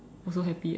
also happy eh